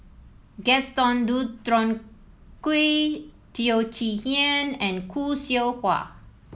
Gaston Dutronquoy Teo Chee Hean and Khoo Seow Hwa